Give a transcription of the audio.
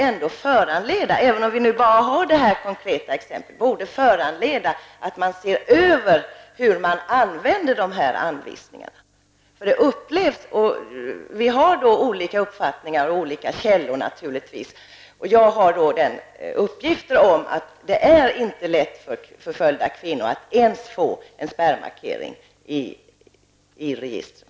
Även om vi bara har detta konkreta exempel, borde det föranleda en översyn av hur man använder anvisningarna. Vi har naturligtvis olika uppfattningar och olika källor. Jag har fått uppgifter om att det inte är lätt för förföljda kvinnor att ens få en spärrmarkering i registren.